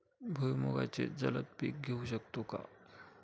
भुईमुगाचे जलद पीक घेऊ शकतो का?